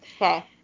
Okay